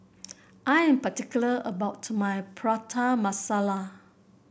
I am particular about my Prata Masala